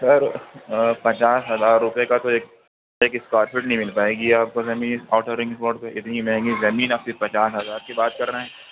سر پچاس ہزار روپے کا تو ایک ایک اسکوائر فٹ نہیں مل پائے گی آپ کو زمین آوٹر رنگ روڈ پہ اتنی مہنگی زمین اور پھر پچاس ہزار کی بات کر رہے ہیں